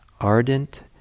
ardent